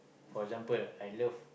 for example I love